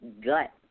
gut